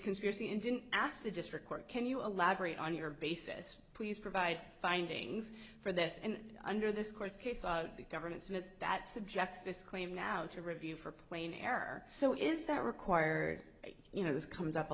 conspiracy and didn't ask the district court can you elaborate on your basis please provide findings for this and under this course the government since that subjects this claim now to review for plain error so is that required you know this comes up a